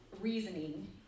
reasoning